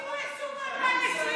כשהקימו יישוב ב-2020 עפו עליהם,